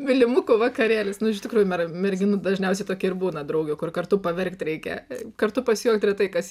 mylimukų vakarėlis nu iš tikrųjų merginų dažniausiai tokie ir būna draugių kur kartu paverkti reikia kartu pasijuokt retai kas